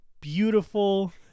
beautiful